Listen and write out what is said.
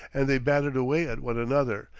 and they battered away at one another,